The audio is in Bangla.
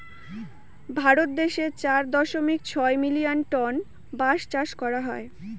ভারত দেশে চার দশমিক ছয় মিলিয়ন টন বাঁশ চাষ করা হয়